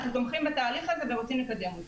אנחנו תומכים בתהליך הזה ורוצים לקדם אותו.